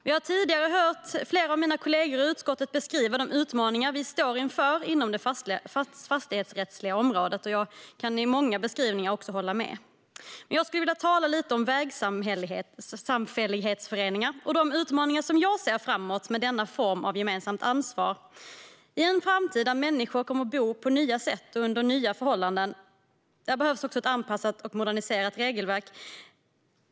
Vi har tidigare hört flera av mina kollegor i utskottet beskriva de utmaningar som vi står inför inom det fastighetsrättsliga området, och jag kan instämma i många av dessa beskrivningar. Jag vill tala om vägsamfällighetsföreningar och de utmaningar som jag ser framöver med denna form av gemensamt ansvar. I en framtid där människor kommer att bo på nya sätt och under nya förhållanden behövs det ett anpassat och moderniserat regelverk.